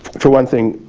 for one thing,